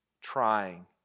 trying